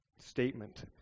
statement